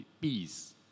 peace